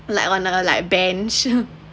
like on a like bench